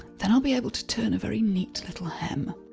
then i'll be able to turn a very neat little hem.